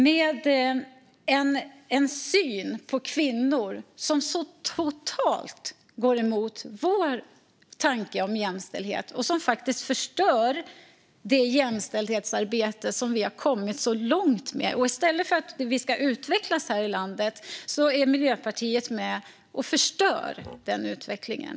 Det är människor som har en syn på kvinnor som går så totalt emot vår tanke om jämställdhet och som faktiskt förstör det jämställdhetsarbete som vi har kommit så långt med. I stället för att vi ska utvecklas här i landet är Miljöpartiet med och förstör den utvecklingen.